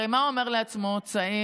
הרי מה אומר לעצמו צעיר?